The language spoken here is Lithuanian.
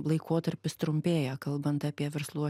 laikotarpis trumpėja kalbant apie verslų